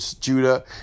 Judah